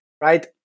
right